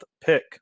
pick